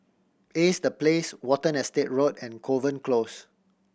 Ace The Place Watten Estate Road and Kovan Close